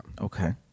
Okay